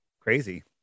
Crazy